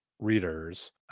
readers